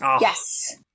Yes